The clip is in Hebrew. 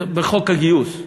בחוק הגיוס.